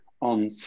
on